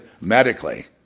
medically